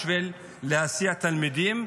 בשביל להסיע תלמידים,